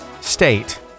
state